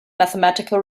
mathematical